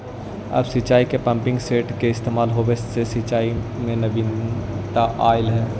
अब सिंचाई में पम्पिंग सेट के इस्तेमाल होवे से सिंचाई में नवीनता अलइ हे